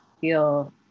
feel